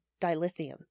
dilithium